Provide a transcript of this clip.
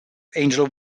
angel